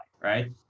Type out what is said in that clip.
right